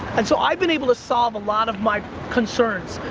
and so, i've been able to solve a lot of my concerns,